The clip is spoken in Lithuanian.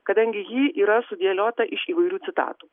kadangi ji yra sudėliota iš įvairių citatų